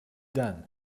done